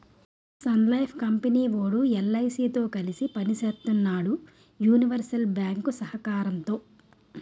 Sun Life company వోడు ఎల్.ఐ.సి తో కలిసి పని సేత్తన్నాడు యూనివర్సల్ బ్యేంకు సహకారంతో